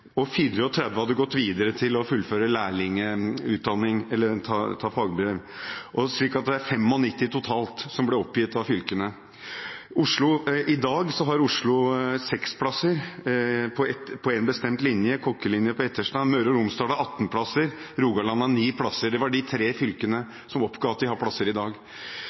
og 34 hadde gått videre for å fullføre lærlingutdanningen, ta fagbrev – altså totalt 95, slik det ble oppgitt av fylkene. I dag har Oslo seks plasser på en bestemt linje, kokkelinjen på Etterstad. Møre og Romsdal har 18 plasser, Rogaland har ni plasser. Det var disse tre fylkene som oppga at de har plasser i dag.